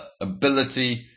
ability